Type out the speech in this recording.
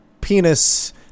Penis